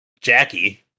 Jackie